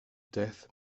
death